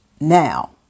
now